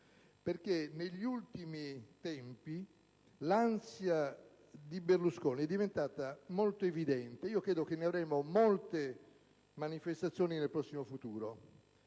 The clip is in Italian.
perché negli ultimi tempi l'ansia di Berlusconi è diventata molto evidente. Credo che ne avremo molte manifestazioni nel prossimo futuro,